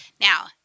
Now